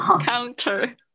counter